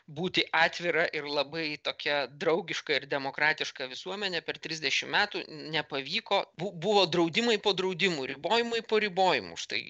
būti atvira ir labai tokia draugiška ir demokratiška visuomene per trisdešimt metų nepavyko bu buvo draudimai po draudimų ribojimai po ribojimų štai